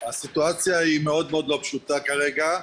הסיטואציה היא מאוד מאוד לא פשוטה כרגע.